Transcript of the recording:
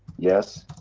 yes.